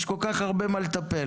יש כל כך הרבה במה לטפל.